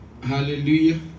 Hallelujah